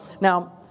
Now